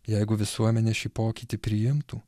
jeigu visuomenė šį pokytį priimtų